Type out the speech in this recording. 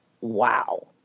wow